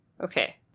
Okay